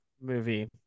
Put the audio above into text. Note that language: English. movie